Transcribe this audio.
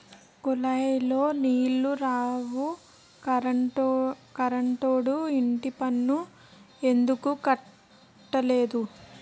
కులాయిలో నీలు రావు కరంటుండదు ఇంటిపన్ను ఎందుక్కట్టాల